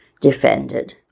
defended